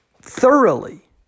Thoroughly